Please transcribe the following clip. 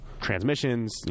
transmissions